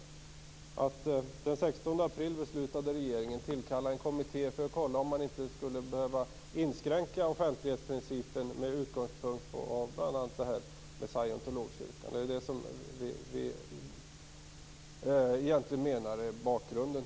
Den 16 april beslutade regeringen att tillkalla en kommitté för att kolla om man skulle behöva inskränka offentlighetsprincipen, bl.a. med utgångspunkt i det här med Scientologikyrkan, som ju egentligen är bakgrunden.